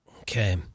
Okay